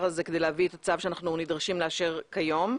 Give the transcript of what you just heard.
הזה כדי להביא את הצו שאנחנו נדרשים לאשר כיום.